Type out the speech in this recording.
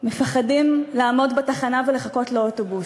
מפחדים לעמוד בתחנה ולחכות לאוטובוס,